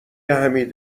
حمید